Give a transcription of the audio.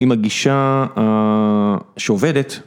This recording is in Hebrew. עם הגישה שעובדת.